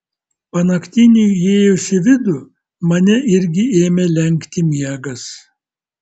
panaktiniui įėjus į vidų mane irgi ėmė lenkti miegas